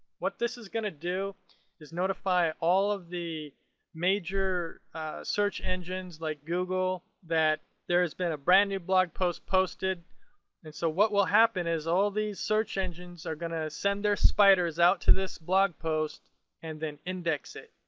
what this is going to do is notify all of the major search engines like google that there's been a brand new blog post posted and so what will happen is all these search engines are gonna send their spiders out to this blog post and then index it.